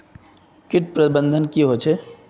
किट प्रबन्धन की होचे?